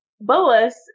Boas